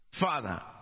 Father